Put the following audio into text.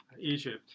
Egypt